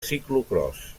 ciclocròs